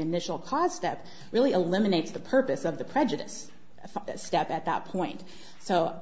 initial cause step really eliminates the purpose of the prejudice a step at that point so